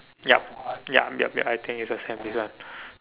yup yup yup yup I think is the same this one